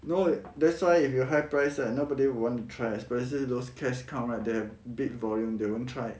no that's why if you high price right nobody want to try especially those cash cow right they have big volume they won't try